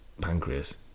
pancreas